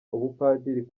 ubupadiri